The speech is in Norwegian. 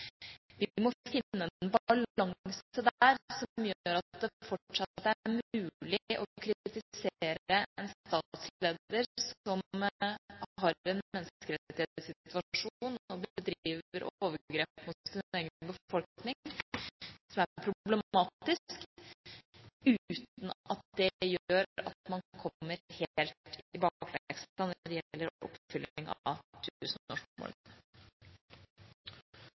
Vi må finne en balanse der som gjør at det fortsatt er mulig å kritisere en statsleder når menneskerettighetssituasjonen er problematisk og man bedriver overgrep mot sin egen befolkning, uten at det gjør at man kommer helt i bakleksa når det gjelder oppfylling av